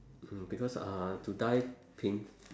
mm because uh to die painf~